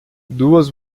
duas